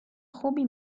خوبی